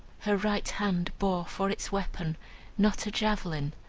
her right hand bore for its weapon not a javelin,